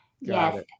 Yes